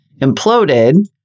imploded